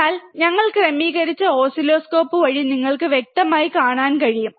എന്നാൽ ഞങ്ങൾ ക്രമീകരിച്ചു ഓസിലോസ്കോപ്പ് വഴി നിങ്ങൾക്ക് വ്യക്തമായി കാണാൻ കഴിയും